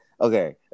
okay